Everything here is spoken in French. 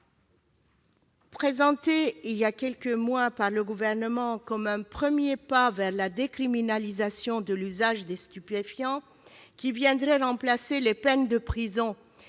Présenté il y a quelques mois par le Gouvernement comme un premier pas vers la décriminalisation de l'usage des stupéfiants, qui viendrait remplacer les peines de prison